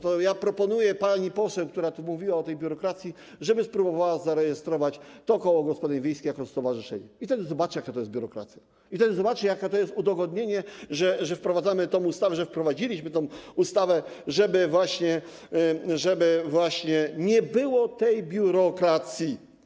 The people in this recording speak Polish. To ja proponuję pani poseł, która tu mówiła o tej biurokracji, żeby spróbowała zarejestrować to koło gospodyń wiejskich jako stowarzyszenie i wtedy zobaczy, jaka to jest biurokracja, i wtedy zobaczy, jakie to jest udogodnienie, że wprowadzamy tę ustawę, że wprowadziliśmy tę ustawę, żeby właśnie nie było tej biurokracji.